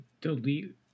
delete